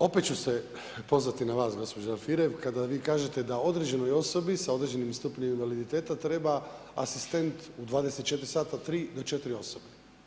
opet ću se pozvati na vas gospođo Alfirev, kada vi kažete da određenoj osobi sa određenim stupnjem invaliditeta treba asistent 24 sata, tri do četiri osobe.